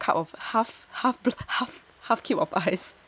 so how did you give him the half cup of half half half half cube of ice